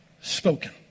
spoken